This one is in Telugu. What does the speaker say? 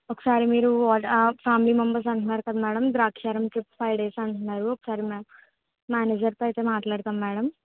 ఒకసారి మీరు ఫ్యామిలీ మెంబర్స్ అంటున్నారు కదా madam Draksharam trip five days అంటున్నారు ఒకసారి మేనేజర్తో అయితే మాట్లాడతాం మేడం